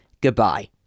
Goodbye